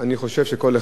מכמה היבטים.